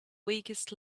weakest